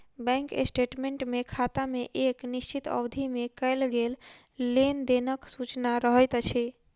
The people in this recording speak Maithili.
बैंक स्टेटमेंट मे खाता मे एक निश्चित अवधि मे कयल गेल लेन देनक सूचना रहैत अछि